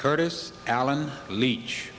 curtis alan leach